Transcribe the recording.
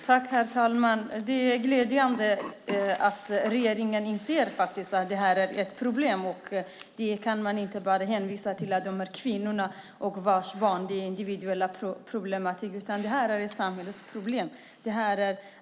Herr talman! Det är glädjande att regeringen inser att det här är ett problem. Man kan inte bara hänvisa till att de här kvinnorna och deras barn är individuella problem, utan detta är ett samhällsproblem.